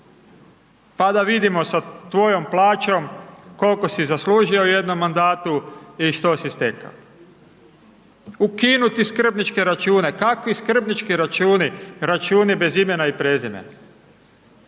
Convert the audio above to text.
Pa da vidimo sa tvojom plaćom, koliko si zaslužio u jednom mandatu i što si stekao. Ukinuti skrbničke račune. Kakvi skrbnički računi? Računi bez imena i prezimena.